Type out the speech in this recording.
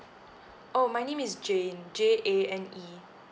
oh my name is jane J A N E